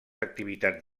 activitats